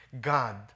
God